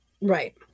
Right